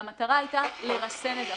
והמטרה הייתה לרסן את זה.